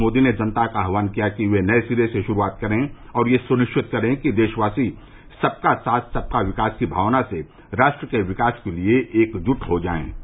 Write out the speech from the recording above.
श्री मोदी ने जनता का आह्वान किया कि वे नए सिरे से शुरूआत करें और यह सुनिश्चित करें कि देशवासी सबका साथ सबका विकास की भावना से राष्ट्र के विकास के लिए एकजुट हो जाएं